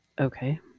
Okay